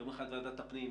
יום אחד בוועדת הפנים,